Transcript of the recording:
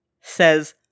says